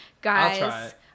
guys